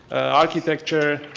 architecture